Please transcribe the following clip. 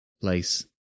place